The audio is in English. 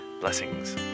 Blessings